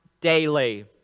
daily